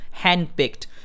handpicked